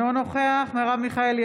אינו נוכח מרב מיכאלי,